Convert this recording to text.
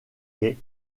quais